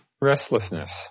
Restlessness